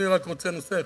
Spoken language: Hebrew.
אני רק רוצה נושא אחד,